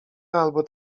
albo